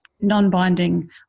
non-binding